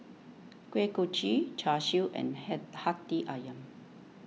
Kuih Kochi Char Siu and hey Hati Ayam